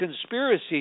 conspiracy